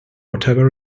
whatever